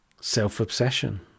Self-obsession